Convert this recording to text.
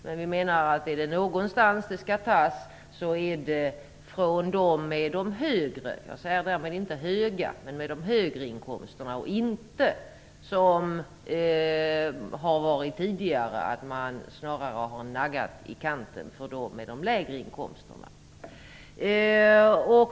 Men vi menar att är det någonstans det skall tas är det från dem med de högre inkomsterna - jag säger därmed inte höga - och inte som har varit fallet tidigare, att man snarare har naggat i kanten för dem med de lägre inkomsterna.